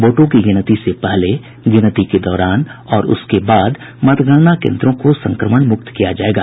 वोटों की गिनती से पहले गिनती के दौरान और उसके बाद मतगणना कोन्द्रों को संक्रमण मुक्त किया जाएगा